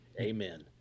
Amen